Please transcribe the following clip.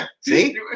See